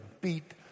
beat